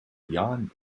beyond